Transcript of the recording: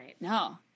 No